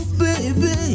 baby